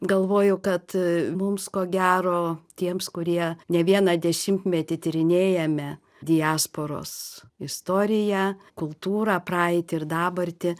galvoju kad mums ko gero tiems kurie ne vieną dešimtmetį tyrinėjame diasporos istoriją kultūrą praeitį ir dabartį